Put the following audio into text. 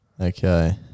Okay